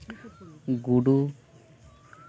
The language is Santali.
ᱜᱩᱰᱩ